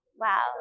wow